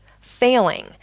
failing